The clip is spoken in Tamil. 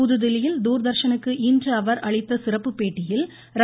புதுதில்லியில் தூர்தர்ஷனுக்கு இன்று அவர் அளித்த சிறப்பு பேட்டியில் ர